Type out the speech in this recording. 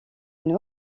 une